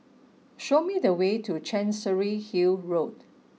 show me the way to Chancery Hill Road